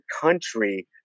country